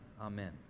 Amen